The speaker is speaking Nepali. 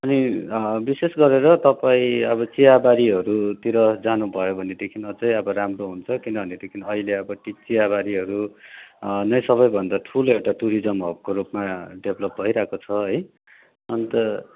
अनि विशेष गरेर तपाईँ अब चियाबारीहरूतिर जानु भयो भनेदेखि अझै अब राम्रो हुन्छ किनभनेदेखि अहिले अब टी चियाबारीहरू नै सबैभन्दा ठुलो एउटा टुरिजम हबको रूपमा डेभलप भइरहेको छ है अन्त